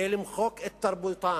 כדי למחוק את תרבותן,